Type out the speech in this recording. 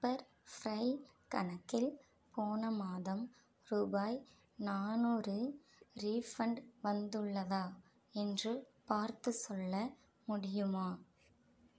pepper fry கணக்கில் போன மாதம் ரூபாய் நானூறு ரீஃபண்ட் வந்துள்ளதா என்று பார்த்துச் சொல்ல முடியுமா